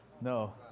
No